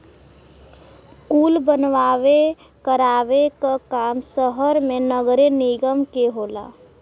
कुल बनवावे करावे क काम सहर मे नगरे निगम के होला